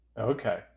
Okay